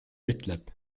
ütleb